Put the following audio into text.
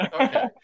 okay